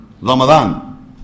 Ramadan